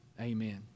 Amen